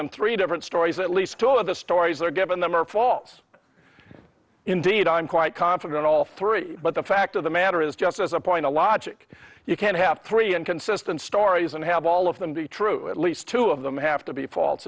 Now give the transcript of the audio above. them three different stories at least two of the stories are given them or false indeed i'm quite confident all three but the fact of the matter is just as a point to logic you can't have three inconsistent stories and have all of them be true at least two of them have to be false